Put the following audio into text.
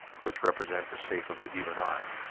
which represent the shape of the human eye.